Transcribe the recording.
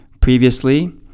previously